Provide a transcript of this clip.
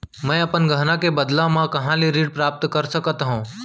मै अपन गहना के बदला मा कहाँ ले ऋण प्राप्त कर सकत हव?